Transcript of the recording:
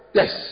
yes